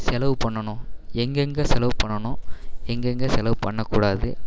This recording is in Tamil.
செலவு பண்ணணும் எங்கெங்கே செலவு பண்ணணும் எங்கெங்கே செலவு பண்ணக்கூடாது